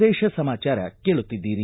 ಪ್ರದೇಶ ಸಮಾಚಾರ ಕೇಳುತ್ತಿದ್ದೀರಿ